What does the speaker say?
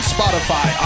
Spotify